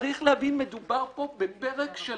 צריך להבין, מדובר פה בפרק של